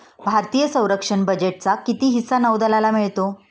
भारतीय संरक्षण बजेटचा किती हिस्सा नौदलाला मिळतो?